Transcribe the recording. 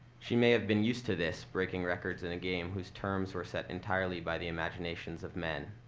she may have been used to this, breaking records in a game whose terms were set entirely by the imaginations of men,